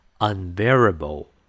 Unbearable